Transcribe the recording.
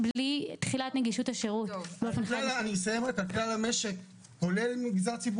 אני רוצה להגיד לך ובעיקר לך,